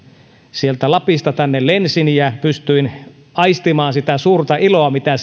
sieltä lapista tänne lensin ja pystyin aistimaan sitä suurta iloa mitä